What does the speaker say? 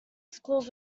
schools